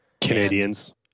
Canadians